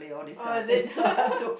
oh is it